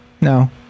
no